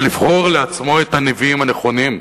ולבחור לעצמו את הנביאים הנכונים.